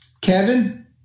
Kevin